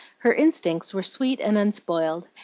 her instincts were sweet and unspoiled,